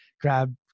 grab